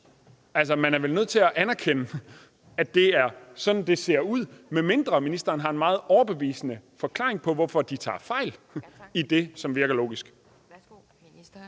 Altså, man er vel nødt til at anerkende, at det er sådan, det ser ud, medmindre ministeren har en meget overbevisende forklaring på, hvorfor de tager fejl i det, som virker logisk.